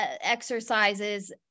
Exercises